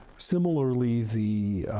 similarly, the